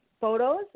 photos